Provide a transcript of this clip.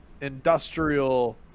industrial